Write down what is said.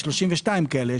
יש 32 כאלה.